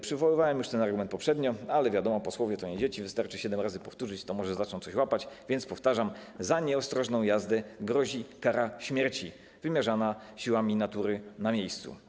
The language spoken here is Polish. Przywoływałem już ten argument poprzednio, ale wiadomo, posłowie to nie dzieci, wystarczy siedem razy powtórzyć i może zaczną coś łapać, więc powtarzam: za nieostrożną jazdę grozi kara śmierci wymierzana siłami natury na miejscu.